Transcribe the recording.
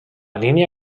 línia